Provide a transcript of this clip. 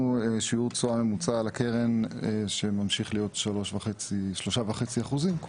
שיעור תשואה ממוצע על הקרן שממשיך להיות שלושה וחצי אחוזים,